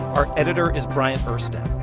our editor is bryant urstadt.